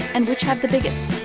and which have the biggest?